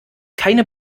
keine